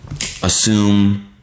assume